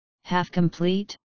Half-complete